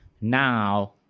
now